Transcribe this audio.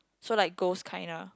so like ghost kind lah